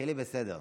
חילי בסדר.